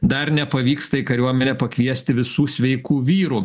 dar nepavyksta į kariuomenę pakviesti visų sveikų vyrų